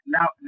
Now